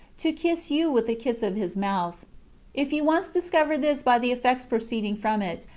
to kiss you with the kiss of his mouth if you once discover this by the effects proceeding from it,